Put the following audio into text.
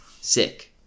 sick